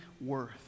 worth